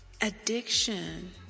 Addiction